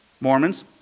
Mormons